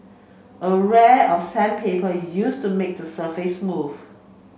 a of sandpaper used to make the surface smooth